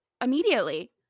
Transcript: immediately